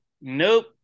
nope